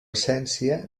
essència